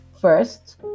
First